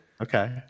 Okay